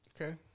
okay